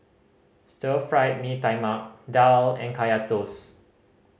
Stir Fried Mee Tai Mak daal and Kaya Toast